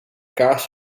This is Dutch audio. kaas